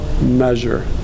measure